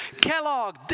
Kellogg